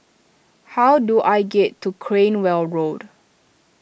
how do I get to Cranwell Road